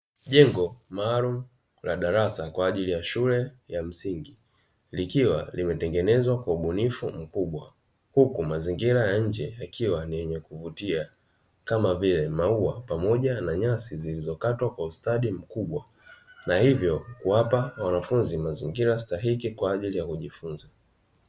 Jengo maalum la darasa kwa ajili ya shule ya msingi, likiwa limetengenezwa kwa ubunifu mkubwa, huku mazingira ya nje yakiwa ni yenye kuvutia kama; vile maua pamoja na nyasi zilizokatwa kwa ustadi mkubwa, na hivyo kuwapa wanafunzi mazingira stahiki kwa ajili ya kujifunza.